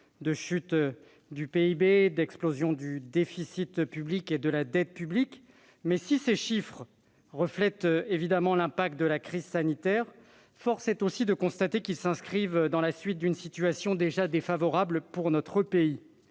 : chute du PIB et explosion du déficit public et de la dette publique. Si les chiffres présentés reflètent évidemment l'impact de la crise sanitaire, force est de constater qu'ils s'inscrivent dans la suite d'une situation déjà défavorable pour notre pays.